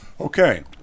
Okay